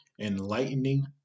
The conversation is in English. enlightening